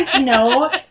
No